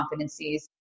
competencies